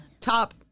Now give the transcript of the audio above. top